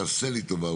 תעשה לי טובה,